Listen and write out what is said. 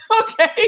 Okay